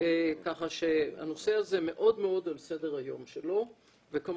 כך שהנושא הזה מאוד מאוד על סדר היום שלו וכמובן